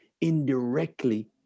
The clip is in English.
indirectly